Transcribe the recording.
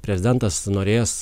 prezidentas norės